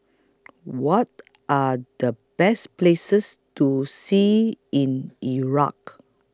What Are The Best Places to See in Iraq